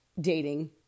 dating